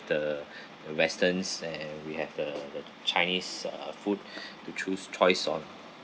the uh westerns and we have the the chinese uh food to choose choice on